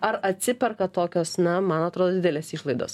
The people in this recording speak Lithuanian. ar atsiperka tokios na man atrodo didelės išlaidos